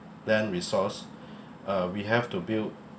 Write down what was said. land resource uh we have to build